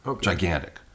gigantic